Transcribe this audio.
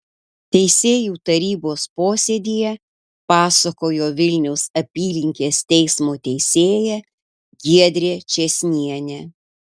teisėjų tarybos posėdyje pasakojo vilniaus apylinkės teismo teisėja giedrė čėsnienė